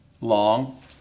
long